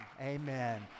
amen